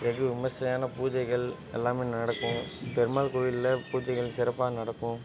வெகு விமர்சையான பூஜைகள் எல்லாமே நடக்கும் பெருமாள் கோயிலில் பூஜைகள் சிறப்பாக நடக்கும்